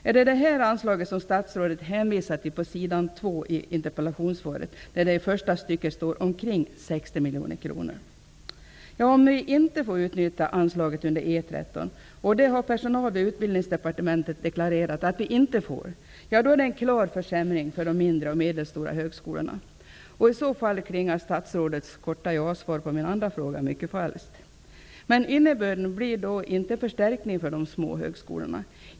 Är det det anslaget statsrådet hänvisar till i interpellationssvaret när han nämner ''omkring 60 Om vi inte får utnyttja anslaget under E 13 -- personalen på Utbildningsdepartementet har deklarerat att det är så -- innebär det en klar försämring för de mindre och medelstora högskolorna. I så fall klingar statsrådets korta jasvar på min andra fråga mycket falskt. Men innebörden blir inte förstärkning för de små högskolorna.